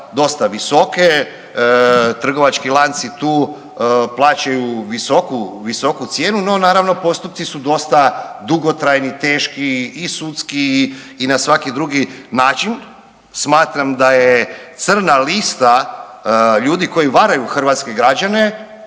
dosta visoke. Trgovački lanci tu plaćaju visoku cijenu, no naravno postupci su dosta dugotrajni, teški i sudski i na svaki drugi način. Smatram da je crna lista ljudi koji varaju hrvatske građane